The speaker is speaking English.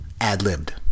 Ad-libbed